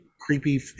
creepy